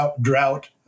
drought